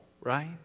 right